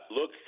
look